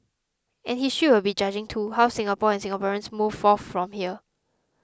and history will be judging too how Singapore and Singaporeans move forth from here